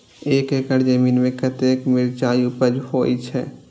एक एकड़ जमीन में कतेक मिरचाय उपज होई छै?